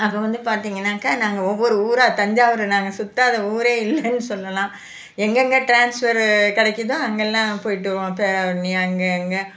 அப்போ வந்து பார்த்தீங்கன்னாக்க ஒவ்வொரு ஊராக தஞ்சாவூர் நாங்கள் சுற்றாத ஊரே இல்லைன்னு சொல்லலாம் எங்கங்கே ட்ரான்ஸ்பர் கிடைக்குதோ அங்கேல்லாம் போயிவிட்டு வருவோம் அங்கே இங்கே